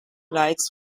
lights